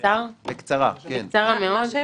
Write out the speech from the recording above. אם ככה נראה המבחן,